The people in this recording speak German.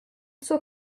zur